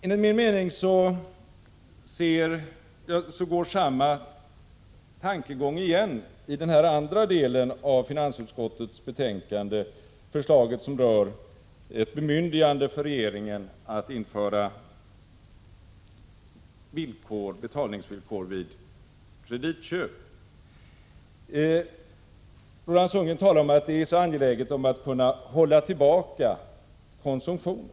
Enligt min mening går samma tankegång igen i den andra delen av finansutskottets betänkande, nämligen förslaget som berör ett bemyndigande för regeringen att införa betalningsvillkor vid kreditköp. Roland Sundgren säger att det är angeläget att kunna hålla tillbaka konsumtionen.